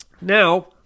Now